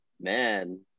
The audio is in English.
man